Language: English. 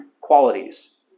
qualities